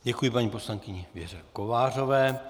Děkuji paní poslankyni Věře Kovářové.